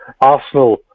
Arsenal